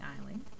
Island